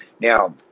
Now